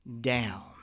down